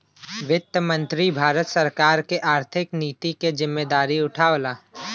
वित्त मंत्री भारत सरकार क आर्थिक नीति क जिम्मेदारी उठावला